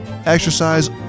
Exercise